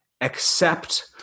accept